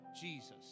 Jesus